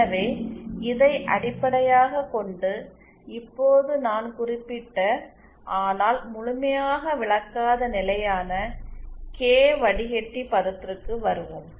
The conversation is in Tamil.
எனவே இதை அடிப்படையாகக் கொண்டு இப்போது நான் குறிப்பிட்ட ஆனால் முழுமையாக விளக்காத நிலையான கே வடிகட்டி பதத்திற்கு வருவோம்